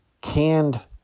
canned